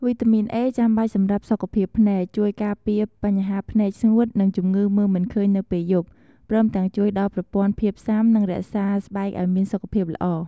វីតាមីន A ចាំបាច់សម្រាប់សុខភាពភ្នែក ជួយការពារបញ្ហាភ្នែកស្ងួត និងជំងឺមើលមិនឃើញនៅពេលយប់ ព្រមទាំងជួយដល់ប្រព័ន្ធភាពស៊ាំ និងរក្សាស្បែកឲ្យមានសុខភាពល្អ។